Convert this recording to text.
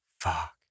fuck